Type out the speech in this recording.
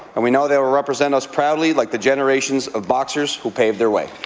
and we know they will represent us proudly like the generations of boxers who paved their way.